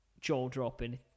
jaw-dropping